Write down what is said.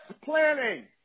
planning